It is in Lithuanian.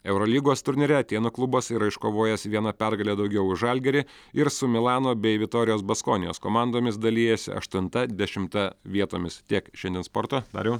eurolygos turnyre atėnų klubas yra iškovojęs viena pergale daugiau už žalgirį ir su milano bei vitorijos baskonijos komandomis dalijasi aštunta dešimta vietomis tiek šiandien sporto dariau